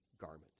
garment